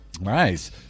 Nice